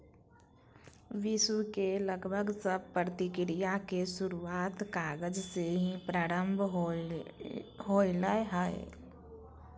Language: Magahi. विश्व के लगभग सब प्रक्रिया के शुरूआत कागज से ही प्रारम्भ होलय हल